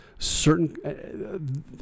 certain